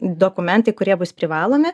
dokumentai kurie bus privalomi